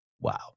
Wow